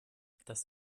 das